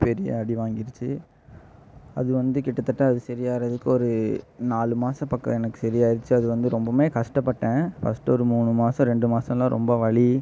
பெரிய அடி வாங்கிருச்சு அது வந்து கிட்டத்தட்ட அது சரியாவுறதுக்கு ஒரு நாலு மாசம் பக்கம் எனக்கு சரியாயிருச்சி அது வந்து ரொம்பவுமே கஷ்டப்பட்டேன் ஃபர்ஸ்ட் ஒரு மூணு மாசம் ரெண்டு மாசம்லாம் ரொம்ப வலி